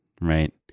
Right